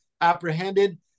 apprehended